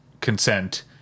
consent